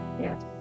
Yes